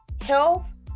health